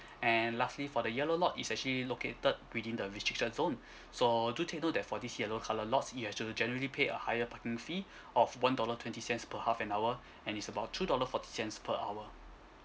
and lastly for the yellow lot it's actually located within the restricted zone so do take note that for these yellow colour lots you have to generally pay a higher parking fee of one dollar twenty cents per half an hour and it's about two dollar forty cents per hour